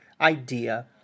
idea